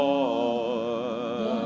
Lord